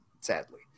Sadly